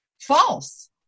false